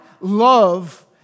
love